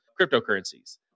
cryptocurrencies